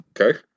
Okay